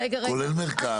כולל מרכז.